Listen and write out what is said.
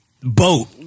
boat